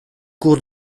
cours